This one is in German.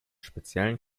speziellen